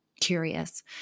curious